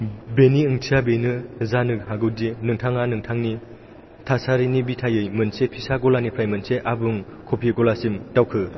बेनि ओंथिया बेनो जानो हागौदि नोंथाङा नोंथांनि थासारिनि बिथायै मोनसे फिसा गलानिफ्राय मोनसे आबुं कफि ग'लासिम दावखो